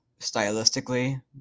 stylistically